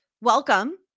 welcome